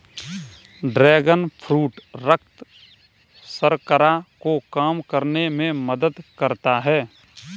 dragon fruit रक्त शर्करा को कम करने में मदद करता है